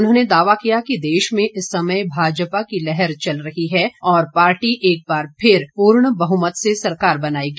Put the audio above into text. उन्होंने दावा किया कि देश में इस समय भाजपा की लहर चल रही है और पार्टी एक बार फिर पूर्ण बहुमत से सरकार बनाएगी